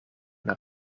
naar